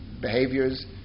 behaviors